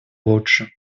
лучше